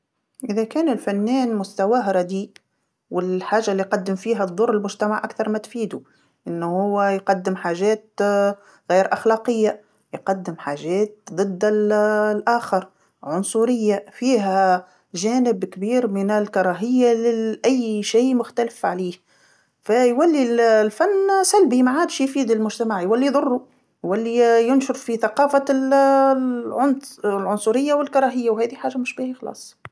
إذا كان الفنان مستواه رديء، وال- الحاجه اللي يقدم فيها تضر المجتمع أكثر ما تفيدو، أنو هو يقدم حاجات غير أخلاقيه، يقدم حاجات ضد ال- الآخر، عنصريه، فيها جانب كبير من الكراهيه ل- لأي شيء مختلف عليه، فيولي الفن سلبي ماعادش يفيد المجتمع يولي يضرو، يولي ينشر في ثقافه العنص- العنصريه والكراهيه وهاذي حاجه مش باهي خلاص.